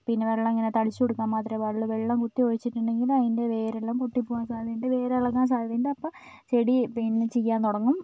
പിന്നെ വെള്ളം ഇങ്ങനെ തളിച്ചു കൊടുക്കാൻ മാത്രമേ പാടുള്ളൂ വെള്ളം കുത്തി ഒഴിച്ചിട്ടുണ്ടെങ്കിൽ അതിന്റെ വേര് എല്ലാം പൊട്ടിപോകാൻ സാധ്യതയുണ്ട് വേര് ഇളകാൻ സാധ്യതയുണ്ട് അപ്പം ആ ചെടി പിന്നെ ചീയാൻ തുടങ്ങും